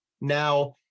Now